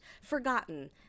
Forgotten